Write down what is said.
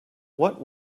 what